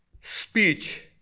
speech